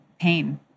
pain